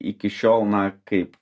iki šiol na kaip